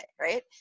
right